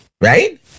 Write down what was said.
right